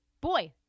Boy